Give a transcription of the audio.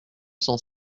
cent